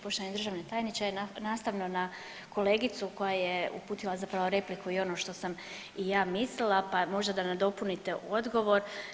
Poštovani državni tajniče, nastavno na kolegicu koja je uputila zapravo repliku i ono što sam i ja mislila pa možda da nadopunite odgovor.